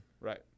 Right